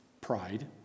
Pride